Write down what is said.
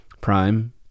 prime